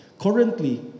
currently